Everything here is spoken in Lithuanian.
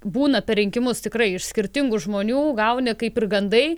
būna per rinkimus tikrai iš skirtingų žmonių gauni kaip ir gandai